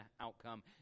outcome